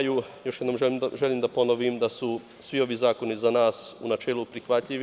Još jednom želim da ponovim da su svi ovi zakoni za nas u načelu prihvatljivi.